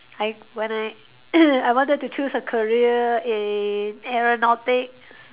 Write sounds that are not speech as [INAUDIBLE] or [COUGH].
I when I [COUGHS] I wanted to choose a career in aeronautic